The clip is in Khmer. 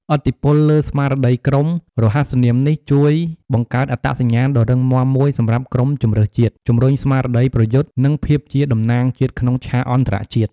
ឥទ្ធិពលលើស្មារតីក្រុម រហស្សនាមនេះជួយបង្កើតអត្តសញ្ញាណដ៏រឹងមាំមួយសម្រាប់ក្រុមជម្រើសជាតិ ជំរុញស្មារតីប្រយុទ្ធ និងភាពជាតំណាងជាតិក្នុងឆាកអន្តរជាតិ។